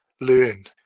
learn